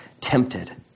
tempted